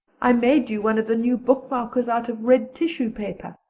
i made you one of the new bookmarkers out of red tissue paper.